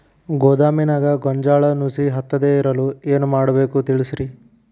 ಗೋದಾಮಿನ್ಯಾಗ ಗೋಂಜಾಳ ನುಸಿ ಹತ್ತದೇ ಇರಲು ಏನು ಮಾಡಬೇಕು ತಿಳಸ್ರಿ